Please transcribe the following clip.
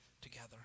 together